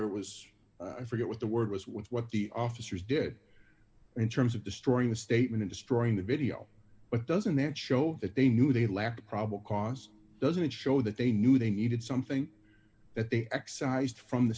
there was i forget what the word was with what the officers did in terms of destroying the statement in destroying the video but doesn't that show that they knew they lacked the probable cause doesn't show that they knew they needed something that they excised from the